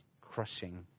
crushing